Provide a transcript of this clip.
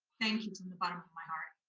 thank you from the bottom of my heart.